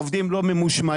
עובדים לא ממושמעים,